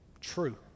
true